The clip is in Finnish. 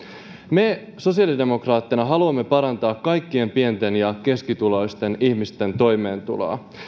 me sosiaalidemokraatteina haluamme parantaa kaikkien pieni ja keskitulosten ihmisten toimeentuloa